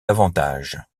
davantage